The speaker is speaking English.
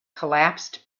collapsed